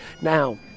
Now